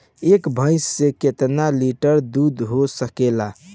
एक भइस से कितना लिटर दूध हो सकेला?